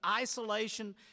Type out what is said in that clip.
isolation